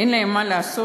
אין להם מה לעשות?